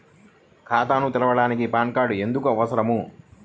ఖాతాను తెరవడానికి PAN card ఎందుకు అవసరము?